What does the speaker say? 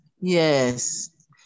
yes